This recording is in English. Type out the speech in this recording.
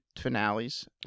finales